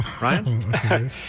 Ryan